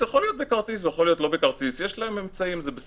זה יכול להיות בכרטיס, וזה יכול להיות לא בכרטיס.